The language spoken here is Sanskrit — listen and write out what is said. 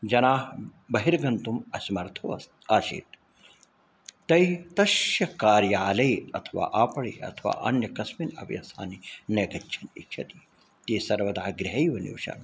जनाः बहिर्गन्तुम् असमर्थाः अस आसीत् तैः तस्य कार्यालये अथवा आपणे अथवा अन्य कस्मिन् अपि स्थाने न गच्छन् इच्छति ते सर्वदा गृहैव निवसन्